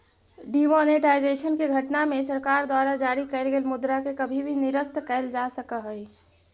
demonetisation के घटना में सरकार द्वारा जारी कैल गेल मुद्रा के कभी भी निरस्त कैल जा सकऽ हई